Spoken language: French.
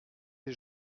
des